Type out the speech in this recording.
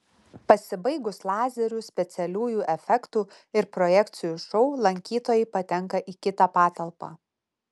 pasibaigus lazerių specialiųjų efektų ir projekcijų šou lankytojai patenka į kitą patalpą